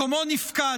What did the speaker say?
מקומו נפקד,